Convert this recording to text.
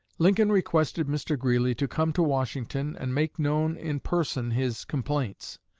lincoln requested mr. greeley to come to washington and make known in person his complaints,